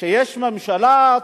שיש ממשלה,